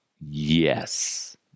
Yes